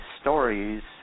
stories